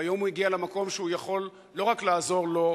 והיום הוא הגיע למקום שהוא יכול לא רק לעזור לעצמו,